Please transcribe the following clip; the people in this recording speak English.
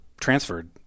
transferred